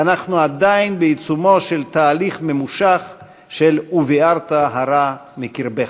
ואנחנו עדיין בעיצומו של תהליך ממושך של "ובִּערת הרע מקרבך".